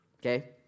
okay